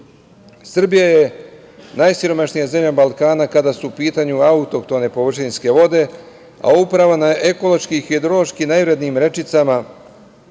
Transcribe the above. je najsiromašnija zemlja Balkana kada su u pitanju autohtone površinske vode, a upravo na ekološki i hidrološki najvrednijim rečicama